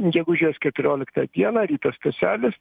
gegužės keturioliktą dieną rytas staselis